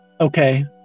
okay